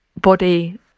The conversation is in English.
body